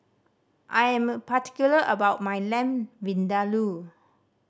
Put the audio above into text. I am particular about my Lamb Vindaloo